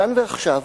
כאן ועכשיו,